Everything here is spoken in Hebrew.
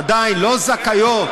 עדיין לא זכאיות,